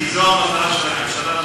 כי זו המטרה של הממשלה,